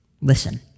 listen